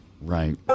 right